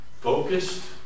Focused